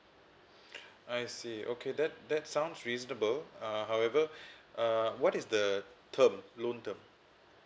I see okay then that sounds reasonable uh however uh what is the term loan term